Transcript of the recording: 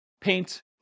paint